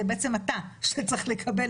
אתה זה שבעצם צריך לקבל,